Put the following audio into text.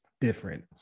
different